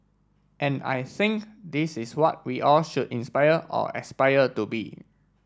and I think this is what we all should inspire or aspire to be